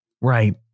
right